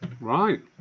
Right